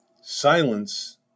Silence